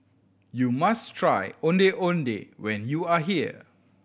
you must try Ondeh Ondeh when you are here